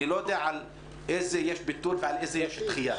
אני לא יודע על איזה יש ביטול ועל איזה יש דחייה.